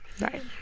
Right